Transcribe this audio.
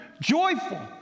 joyful